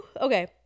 Okay